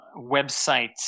websites